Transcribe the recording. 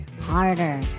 harder